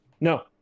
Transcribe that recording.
No